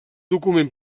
document